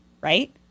Right